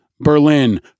Berlin